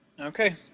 Okay